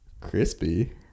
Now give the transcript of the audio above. Crispy